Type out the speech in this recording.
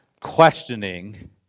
questioning